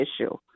issue